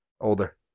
Older